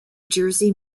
jersey